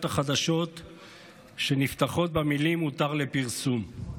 החדשות שנפתחות במילים "הותר לפרסום".